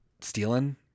stealing